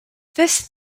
this